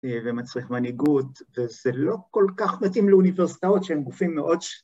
‫ומצריך מנהיגות, וזה לא כל כך מתאים ‫לאוניברסיטאות שהן גופים מאוד...